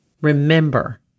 Remember